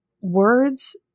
words